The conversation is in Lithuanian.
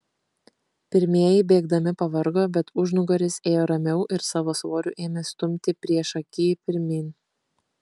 pirmieji bėgdami pavargo bet užnugaris ėjo ramiau ir savo svoriu ėmė stumti priešakį pirmyn